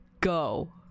go